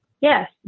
Yes